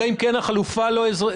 אלא אם כן החלופה לא עובדת,